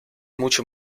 mucho